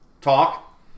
talk